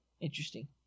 Interesting